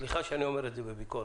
סליחה שאני אומר את זה בביקורת.